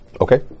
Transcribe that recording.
Okay